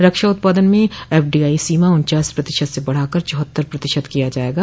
रक्षा उत्पादन में एफडीआई सीमा उन्चास प्रतिशत से बढ़ाकर चाहत्तर प्रतिशत किया जायेगा